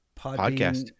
podcast